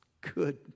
good